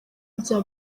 byaha